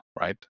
right